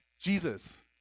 Jesus